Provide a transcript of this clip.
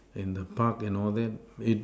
in the Park and all that it